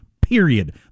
period